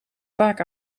vaak